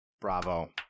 Bravo